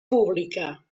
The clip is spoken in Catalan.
pública